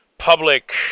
public